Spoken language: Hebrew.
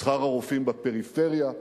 שכר הרופאים בפריפריה.